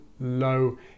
low